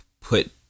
Put